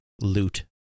loot